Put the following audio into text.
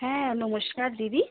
হ্যাঁ নমস্কার দিদি